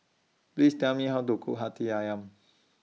Please Tell Me How to Cook Hati Ayam